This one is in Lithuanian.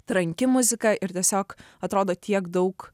tranki muzika ir tiesiog atrodo tiek daug